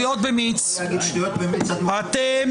אתם